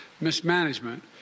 mismanagement